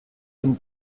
dem